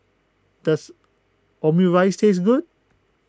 does Omurice taste good